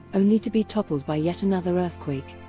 only to be toppled by yet another earthquake.